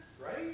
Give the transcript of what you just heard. Right